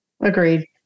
Agreed